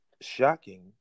shocking